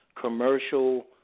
commercial